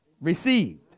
received